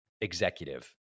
executive